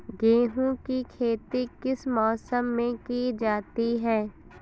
गेहूँ की खेती किस मौसम में की जाती है?